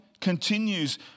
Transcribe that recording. continues